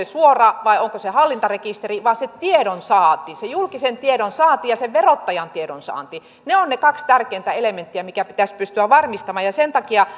suora vai onko se hallintarekisteri vaan se tiedonsaanti se julkisen tiedon saanti ja se verottajan tiedonsaanti ne ovat ne kaksi tärkeintä elementtiä mitkä pitäisi pystyä varmistamaan ja sen takia